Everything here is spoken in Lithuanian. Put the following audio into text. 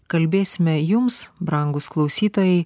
kalbėsime jums brangūs klausytojai